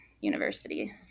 University